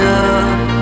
up